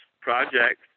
projects